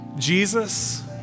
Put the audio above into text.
Jesus